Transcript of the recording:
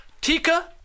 Tika